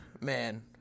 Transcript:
Man